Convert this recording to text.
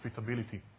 profitability